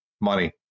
money